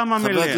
כמה מילים.